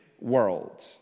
world